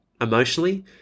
emotionally